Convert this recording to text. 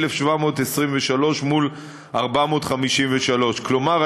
1,723 מול 453. כלומר,